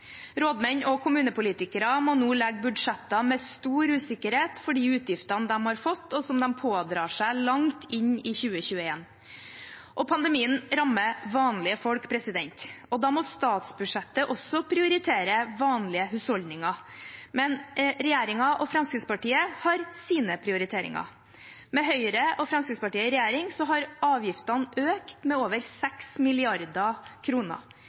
Rådmenn og kommunepolitikere må nå legge budsjetter med stor usikkerhet for de utgiftene de har fått, og som de pådrar seg langt inn i 2021. Pandemien rammer vanlige folk, da må statsbudsjettet også prioritere vanlige husholdninger. Men regjeringen og Fremskrittspartiet har sine prioriteringer. Med Høyre og Fremskrittspartiet i regjering har avgiftene økt med over